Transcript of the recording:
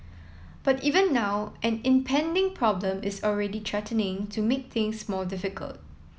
but even now an impending problem is already threatening to make things more difficult